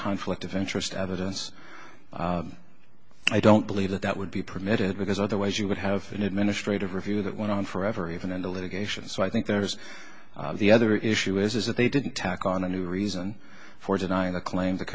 conflict of interest evidence i don't believe that that would be permitted because otherwise you would have an administrative review that went on forever even in the litigation so i think there's the other issue is that they didn't tack on a new reason for denying a claim that